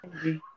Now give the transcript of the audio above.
Okay